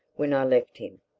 when i left him.